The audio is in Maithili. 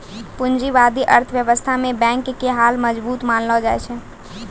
पूंजीबादी अर्थव्यवस्था मे बैंक के हाल मजबूत मानलो जाय छै